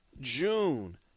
June